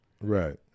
Right